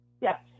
Yes